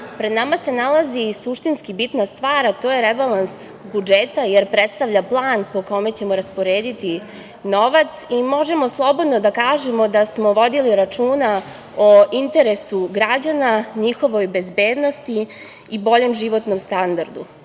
pred nama se nalazi suštinski bitna stvar, a to je rebalans budžeta, jer predstavlja plan po kome ćemo rasporediti novac. Možemo slobodno da kažemo da smo vodili računa o interesu građana, njihovoj bezbednosti i boljem životnom standardu,